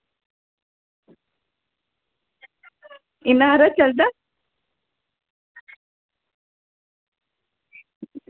इन्ना हारा चलदा